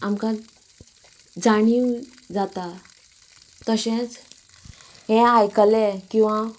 आमकां जाणीव जाता तशेंच हे आयकलें किंवां